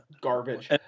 garbage